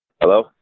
Hello